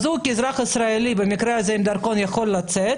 האזרח ישראלי, במקרה הזה עם דרכון, יכול לצאת,